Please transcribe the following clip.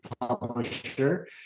publisher